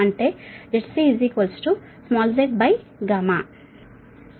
అంటే ZC z